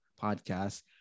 podcast